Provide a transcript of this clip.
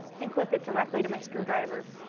and clip it directly to my screwdriver.